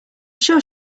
sure